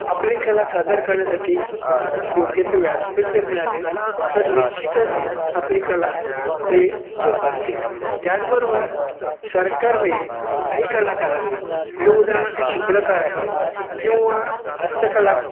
आपली कला सादर करण्यासाठी योग्य ते व्यासपीठ जर मिळाले तर निश्चितच आपली कला ते जोपासतील त्याचबरोबर सरकारने काही कलाकारांना म्हणजे उदाहरणार्थ चित्रकार आहे किंवा हस्तकलाक